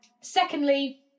Secondly